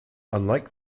unlike